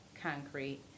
concrete